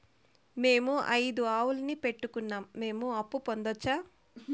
మేము ఐదు ఆవులని పెట్టుకున్నాం, మేము అప్పు పొందొచ్చా